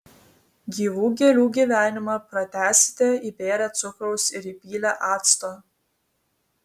gyvų gėlių gyvenimą pratęsite įbėrę cukraus ir įpylę acto